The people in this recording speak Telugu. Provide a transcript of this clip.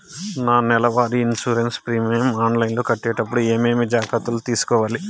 నా నెల వారి ఇన్సూరెన్సు ప్రీమియం ఆన్లైన్లో కట్టేటప్పుడు ఏమేమి జాగ్రత్త లు తీసుకోవాలి?